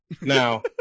Now